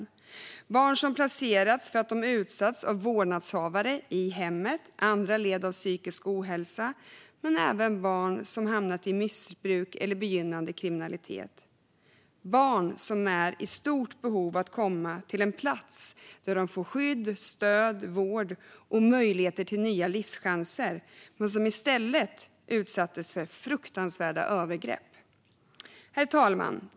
Detta var barn som placerats för att de utsatts av vårdnadshavare i hemmet eller som led av psykisk ohälsa, men det handlade även om barn som hamnat i missbruk eller begynnande kriminalitet. Det var barn som var i stort behov av att komma till en plats där de kunde få skydd, stöd, vård och möjligheter till nya livschanser men som i stället utsattes för fruktansvärda övergrepp. Herr talman!